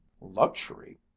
Luxury